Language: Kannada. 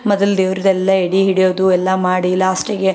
ಮೊದಲು ದೇವ್ರದ್ದೆಲ್ಲ ಎಡೆ ಹಿಡಿಯೋದು ಎಲ್ಲ ಮಾಡಿ ಲಾಸ್ಟಿಗೆ